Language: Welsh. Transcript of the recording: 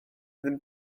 ddim